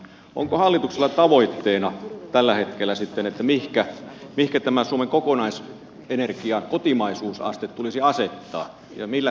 onko hallituksella tavoitetta tällä hetkellä sitten mihinkä tämä suomen kokonaisenergian kotimaisuusaste tulisi asettaa ja millä siihen päästään